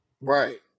Right